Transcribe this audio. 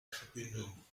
verbindung